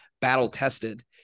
battle-tested